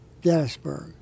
Gettysburg